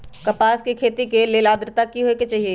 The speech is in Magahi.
कपास के खेती के लेल अद्रता की होए के चहिऐई?